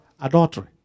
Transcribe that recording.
Adultery